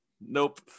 Nope